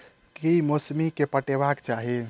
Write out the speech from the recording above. की मौसरी केँ पटेबाक चाहि?